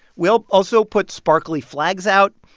will also put sparkly flags out.